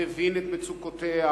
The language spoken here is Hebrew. מבין את מצוקותיה,